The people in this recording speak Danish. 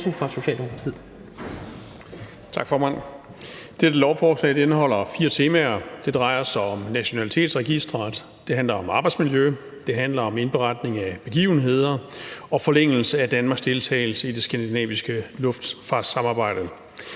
Dette lovforslag indeholder fire temaer. Det drejer sig om nationalitetsregistret, det handler om arbejdsmiljø, det handler om indberetning af begivenheder, og det handler om forlængelse af Danmarks deltagelse i det skandinaviske luftfartssamarbejde.